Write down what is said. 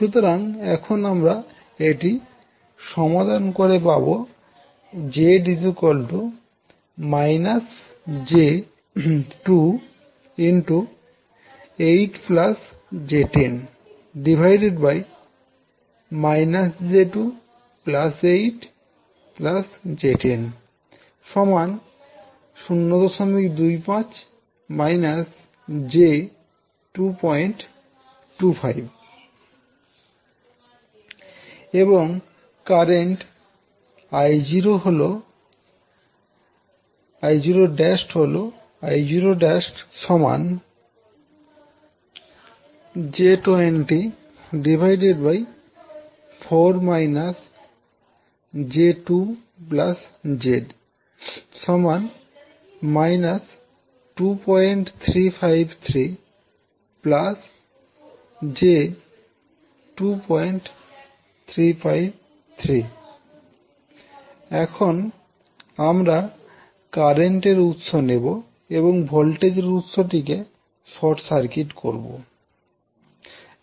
সুতরাং এখন আমরা এটি সমাধান করে পাবো Z −j28 j10−j2 8 j10 025 −j225 এবং কারেন্ট I0′ হল I0′ j20 4 − j2 Z −2353 j2353 এখন আমরা কারেন্ট এর উৎস নেবো এবং ভোল্টেজের উৎসটিকে শর্ট সার্কিট করবো